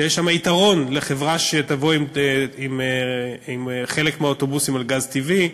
ויש שם יתרון לחברה שתבוא עם אוטובוסים שחלקם פועלים על גז טבעי.